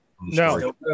No